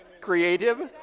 Creative